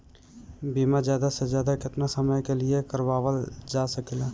बीमा ज्यादा से ज्यादा केतना समय के लिए करवायल जा सकेला?